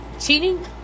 cheating